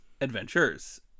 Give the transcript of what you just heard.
adventures